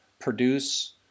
produce